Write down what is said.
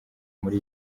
muri